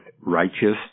righteous